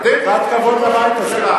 קצת כבוד לבית הזה.